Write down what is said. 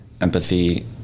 empathy